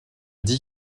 dis